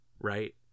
right